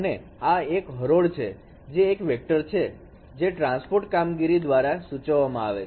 અને આ હરોળ એક વેક્ટર છે જે ટ્રાન્સપોર્ટ કામગીરી દ્વારા સુચવવામાં આવે છે